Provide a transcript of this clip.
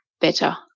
better